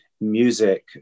music